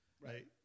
right